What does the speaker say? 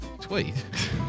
tweet